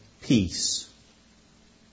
peace